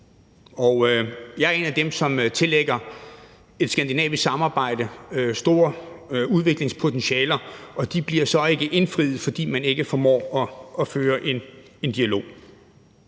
Jeg er en af dem, som tillægger et skandinavisk samarbejde stort udviklingspotentiale, og det bliver så ikke indfriet, fordi man ikke formår at føre en dialog.